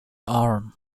arm